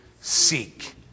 seek